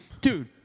dude